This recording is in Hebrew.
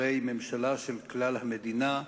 הרי היא ממשלה של כלל המדינה,